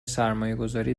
سرمایهگذاری